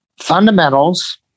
fundamentals